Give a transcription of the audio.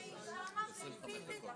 שהשירותים שהרווחה נותנת